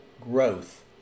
growth